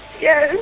Yes